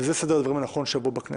שזה סדר הדברים הנכון בכנסת.